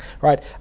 right